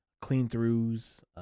clean-throughs